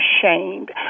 ashamed